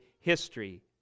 history